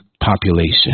population